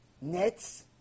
nets